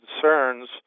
concerns